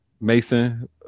mason